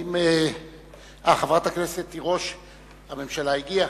הממשלה הגיעה.